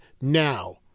now